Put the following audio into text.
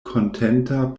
kontenta